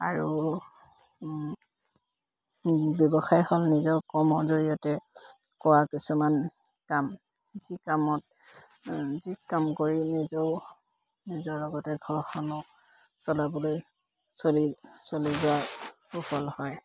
আৰু ব্যৱসায় হ'ল নিজৰ কৰ্মৰ জৰিয়তে কৰা কিছুমান কাম যি কামত যি কাম কৰি নিজে নিজৰ লগতে ঘৰখনো চলাবলৈ চলি চলি যোৱা সুফল হয়